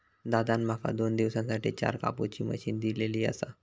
दादान माका दोन दिवसांसाठी चार कापुची मशीन दिलली आसा